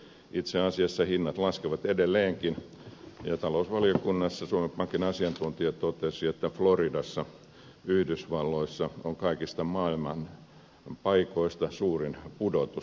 itse asiassa hinnat laskevat edelleenkin ja talousvaliokunnassa suomen pankin asiantuntija totesi että floridassa yhdysvalloissa on kaikista maailman paikoista suurin pudotus